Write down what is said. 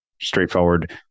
Straightforward